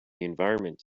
environment